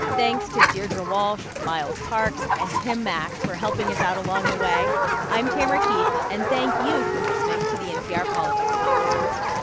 thanks to deirdre walsh, miles parks and tim mak for helping us out along the way i'm tamara keith, and thank you for listening to the npr politics podcast